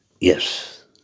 Yes